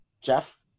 Jeff